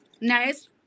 Nice